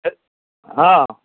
ए हँ